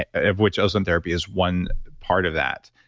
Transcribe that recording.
ah of which ozone therapy is one part of that.